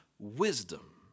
wisdom